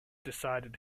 decided